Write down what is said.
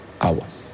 hours